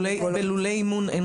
בלולי אימון אין